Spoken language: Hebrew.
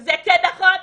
זה כן נכון?